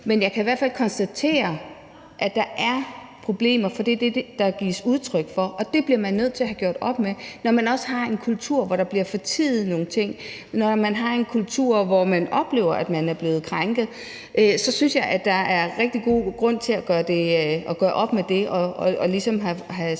Men jeg kan i hvert fald konstatere, at der er problemer, fordi det er det, der gives udtryk for, og det bliver man nødt til at have gjort op med. Når man også har en kultur, hvor der bliver fortiet nogle ting; når man har en kultur, hvor man oplever, at man er blevet krænket, så synes jeg, at der er rigtig god grund til at gøre op med det og få sagt, at vi nu skal have